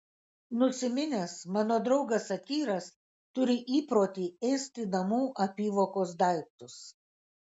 nusiminęs mano draugas satyras turi įprotį ėsti namų apyvokos daiktus